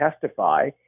testify